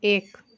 एक